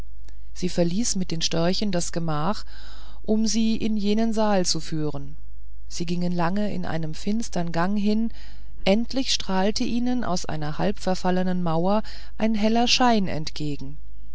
sie verließ mit den störchen das gemach um sie in jenen saal zu führen sie gingen lange in einem finstern gang hin endlich strahlte ihnen aus einer halbverfallenen mauer ein heller schein entgegen